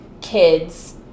kids